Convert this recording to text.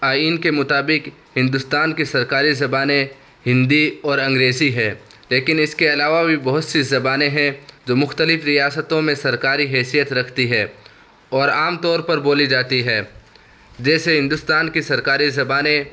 آئین کے مطابک ہندوستان کی سرکاری زبانیں ہندی اور انگریزی ہے لیکن اس کے علاوہ بھی بہت سی زبانیں ہیں جو مختلف ریاستوں میں سرکاری حیثیت رکھتی ہے اور عام طور پر بولی جاتی ہے جیسے ہندوستان کی سرکاری زبانیں